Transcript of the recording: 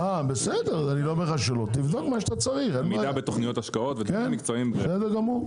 עמידה בתוכניות השקעות- -- בסדר.